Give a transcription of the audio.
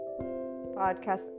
podcast